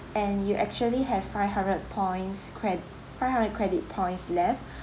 and you actually have five hunderd points cred~ five hundred credit points left